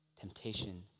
temptation